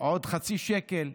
עוד חצי שקל.